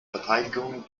verteidigung